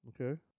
Okay